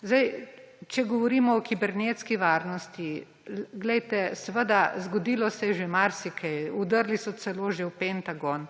tukaj. Če govorimo o kibernetski varnosti, seveda, zgodilo se je že marsikaj, vdrli so celo že v Pentagon,